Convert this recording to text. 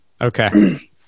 Okay